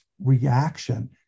reaction